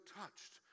touched